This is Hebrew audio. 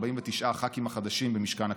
49 הח"כים החדשים במשכן הכנסת: